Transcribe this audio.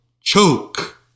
choke